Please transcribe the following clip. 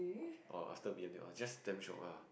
or after B_M_T it was just damn shiok ah